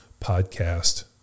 podcast